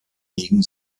gegen